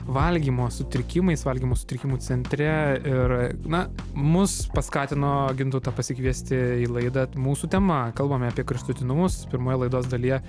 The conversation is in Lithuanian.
valgymo sutrikimais valgymo sutrikimų centre ir na mus paskatino gintautą pasikviesti į laidą mūsų tema kalbam apie kraštutinumus pirmoje laidos dalyje